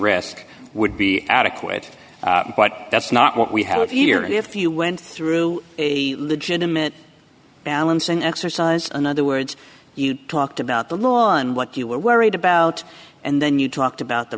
risk would be adequate but that's not what we have here if you went through a legitimate balancing exercise in other words you talked about the law and what you were worried about and then you talked about the